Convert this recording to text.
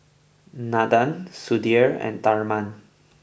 Nandan Sudhir and Tharman